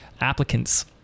applicants